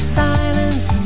silence